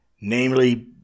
namely